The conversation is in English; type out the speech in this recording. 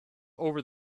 over